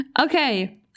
okay